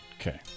Okay